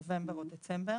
נובמבר או דצמבר